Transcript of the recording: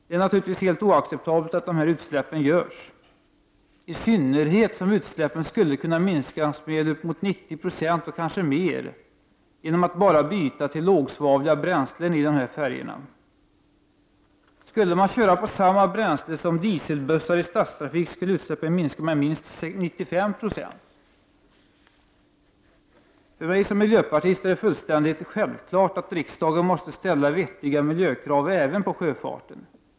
Det är naturligtvis helt oacceptabelt att dessa utsläpp görs i synnerhet som utsläppen skulle kunna minskas med åtminstone 90 96 från färjorna genom att man bytte till lågsvavliga bränslen. Använde man samma bränsle som dieselbussar i stadstrafik skulle utsläppen minska med mer än 95 90. För mig som miljöpartist är det fullständigt självklart att riksdagen måste ställa vettiga miljökrav även på sjöfarten.